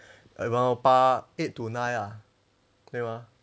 around 八 eight to nine ah 对吗